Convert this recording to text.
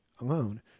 alone